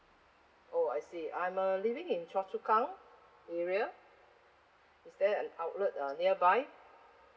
oh I see I'm uh living in choa chu kang area is there an outlet uh nearby